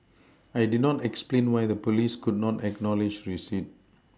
I did not explain why the police could not acknowledge receipt